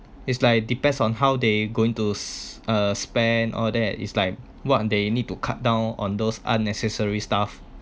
it's like depends on how they going to uh spend all that is like what're they need to cut down on those unnecessary stuff